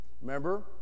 Remember